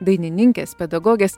dainininkės pedagogės